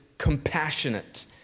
compassionate